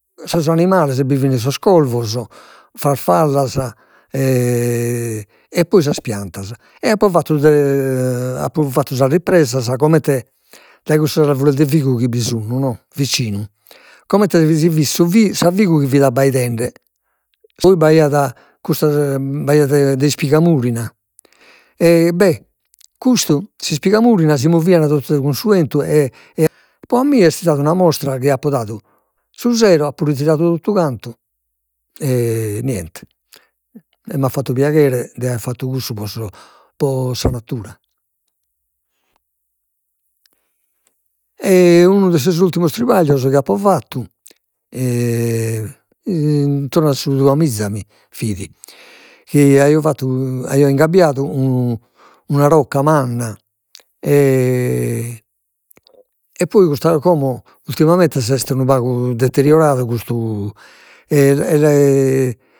Sos animales, bi fin sos corvos, farfallas e poi sas piantas, e apo fattu apo fattu sas ripresas comente dai cussos arvures de figu chi bi sun no, comente si fit su sa figu chi fit abbaidende, poi b'aiat custas b'aiat de de ispiga murina, e beh custu, s'ispiga murina si movian tottu cun su 'entu e e pro a mie est istada una mostra chi apo dadu, su sero apo ritiradu totu cantu e niente, e m'at fattu piaghere de aer fattu cussu pro sos pro sa natura. E unu de sos ultimos trapaglios chi apo fattu intorno a su duamiza mi fit, chi aio fattu, aia ingabbiadu un una rocca manna e poi custa como ultimamente s'est unu pagu deteriorata custu e